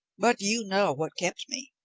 but you know what kept me.